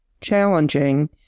challenging